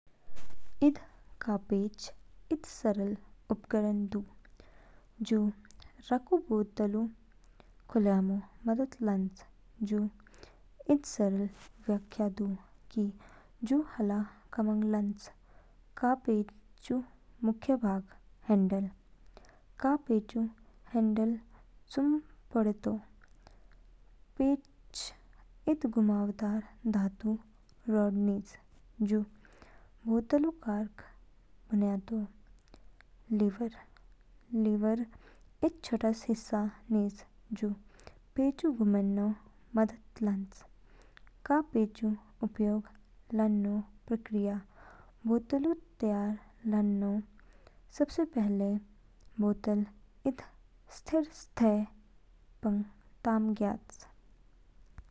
इद कागपेचऊ इद सरल उपकरण दू जू राकू बोतल खोल्यामो मदद लान्च। जू इद सरल व्याख्या दू कि जू हाला कामंग लान्च। कागपेचऊ मुख्य भाग। हैंडल, कागपेचऊ हैंडल चूम पड़े तो। पेच इद घुमावदार धातुऊ रॉड निज, जू बोतलऊ कॉर्क बयोतो। लीवर, लीवर इद छोटस हिस्सा निज जू पेचऊ घुमनो मदद लान्च। कागपेचऊ उपयोग लानो प्रक्रिया। बोतलऊ तैयार लानो सबसे पहले, बोतल इद स्थिर सतह पंग ताम ज्ञयाच।